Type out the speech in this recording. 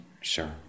sure